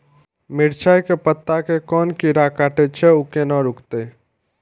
मिरचाय के पत्ता के कोन कीरा कटे छे ऊ केना रुकते?